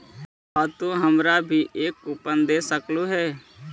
का तू हमारा भी एक कूपन दे सकलू हे